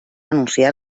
anunciar